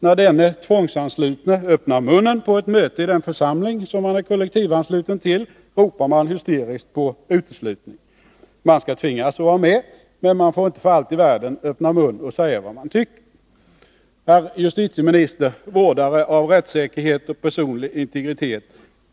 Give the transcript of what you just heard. När denne tvångsanslutne öppnar munnen på ett möte i den församling som han är kollektivansluten till, ropar man hysteriskt på uteslutning. Man skall tvingas att vara med, men man får för allt i världen inte öppna mun och säga vad man tycker. Herr justitieminister, vårdare av rättssäkerhet och personlig integritet!